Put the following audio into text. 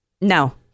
No